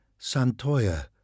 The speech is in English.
Santoya